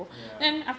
ya